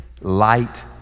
light